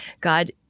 God